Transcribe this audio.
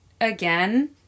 again